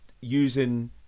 using